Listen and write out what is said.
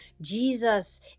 Jesus